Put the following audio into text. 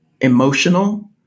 emotional